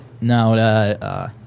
No